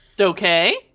Okay